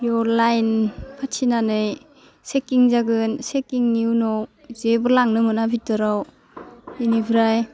बेयाव लाइन फाथिनानै सेकिं जागोन सेकिंनि उनाव जेबो लांनो मोना बिथोराव बिनिफ्राइ